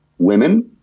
Women